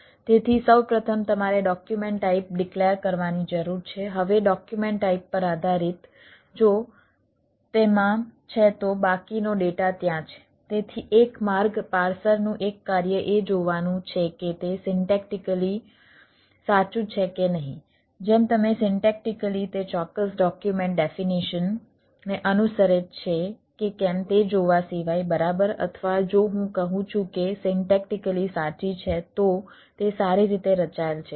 તેથી સૌ પ્રથમ તમારે ડોક્યુમેન્ટ ટાઈપ ડિક્લેર ને અનુસરે છે કે કેમ તે જોવા સિવાય બરાબર અથવા જો હું કહું છું કે સિન્ટેક્ટીકલી સાચી છે તો તે સારી રીતે રચાયેલ છે